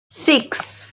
six